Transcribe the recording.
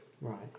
Right